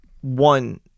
one